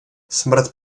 smrt